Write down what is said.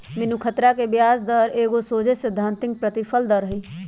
बिनु खतरा के ब्याज दर एगो सोझे सिद्धांतिक प्रतिफल दर हइ